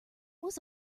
was